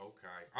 Okay